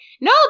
no